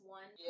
one